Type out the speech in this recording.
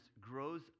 grows